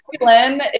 lynn